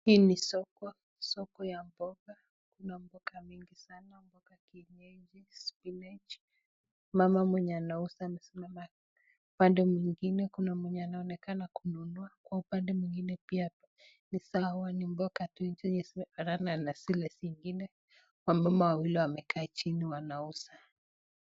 Hii ni soko, soko ya mboga, kuna mboga mingi sana ya kienyeji, [spinach]. Mama mweye anauza amesimama. Upande mwingine kuna mwenye anaonekana kama kununua, kwa upande mwingine pia ni sawa, ni mbonga tu zenye zinafanana tu na zile zingine. Wamama wawili wamekaa chini wanauza.